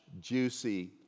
juicy